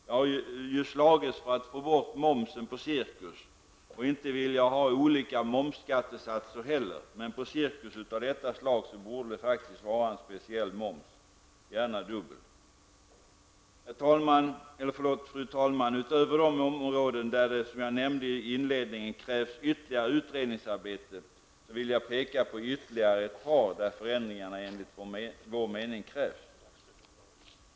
Jag har ju slagits för att vi skall få bort momsen på cirkus, och inte vill jag ha olika momsskattesatser heller, men på cirkus av detta slag borde det vara en speciell moms -- gärna dubbel. Fru talman! Utöver de områden där det, som jag nämnde i inledningen, krävs ytterligare utredningsarbeten, vill jag peka på ytterligare ett par där förändringar enligt vår mening krävs.